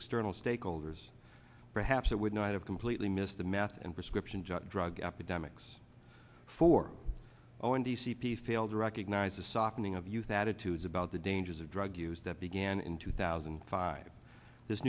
external stakeholders perhaps it would not have completely missed the math and prescription drug drug epidemics for all and the c p failed to recognise a softening of youth attitudes about the dangers of drug use that began in two thousand and five this